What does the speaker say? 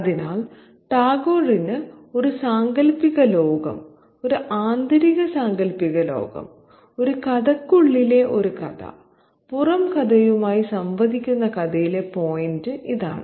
അതിനാൽ ടാഗോറിന് ഒരു സാങ്കൽപ്പിക ലോകം ഒരു ആന്തരിക സാങ്കൽപ്പിക ലോകം ഒരു കഥയ്ക്കുള്ളിലെ ഒരു കഥ പുറം കഥയുമായി സംവദിക്കുന്ന കഥയിലെ പോയിന്റ് ഇതാണ്